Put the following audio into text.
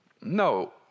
No